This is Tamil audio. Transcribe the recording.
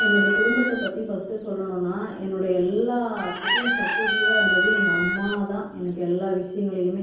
என்னோட குடும்பத்தை பற்றி ஃபஸ்ட் சொல்லணும்னால் என்னோட எல்லாத்துக்கும் சப்போர்ட்டிவ்வாக இருந்தது எங்கள் அம்மா தான் எனக்கு எல்லா விஷயங்களிலும்